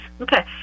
Okay